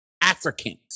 Africans